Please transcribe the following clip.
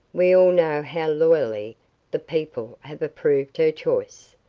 we all know how loyally the people have approved her choice.